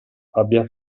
abbia